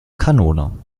kanone